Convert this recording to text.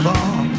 on